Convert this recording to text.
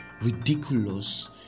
ridiculous